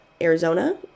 Arizona